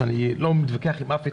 שאני לא מתווכח עם אף התנגדות,